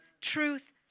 truth